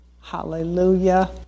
Hallelujah